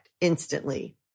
instantly